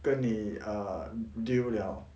跟你 err deal liao